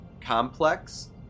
complex